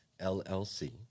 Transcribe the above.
LLC